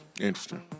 Interesting